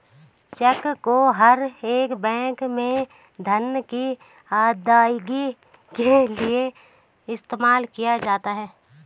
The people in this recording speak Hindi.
चेक को हर एक बैंक में धन की अदायगी के लिये इस्तेमाल किया जाता है